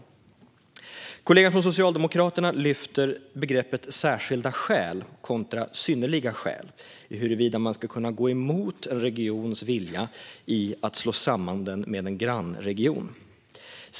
Kollegan som kommer från Socialdemokraterna lyfter fram begreppen särskilda skäl kontra synnerliga skäl när det gäller huruvida man ska kunna gå emot en regions vilja att slås samman med en grannregion.